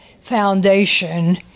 foundation